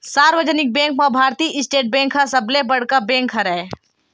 सार्वजनिक बेंक म भारतीय स्टेट बेंक ह सबले बड़का बेंक हरय